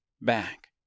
back